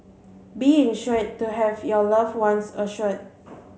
be insured to have your loved ones assured